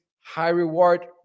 high-reward